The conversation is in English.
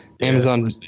Amazon